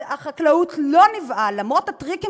שמשרד החקלאות לא נבהל למרות הטריקים